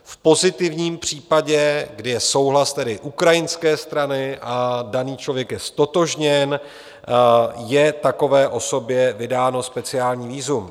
V pozitivním případě, kdy je souhlas ukrajinské strany a daný člověk je ztotožněn, je takové osobě vydáno speciální vízum.